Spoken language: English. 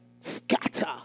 scatter